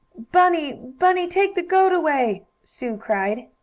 bunny! bunny! take the goat away! sue cried.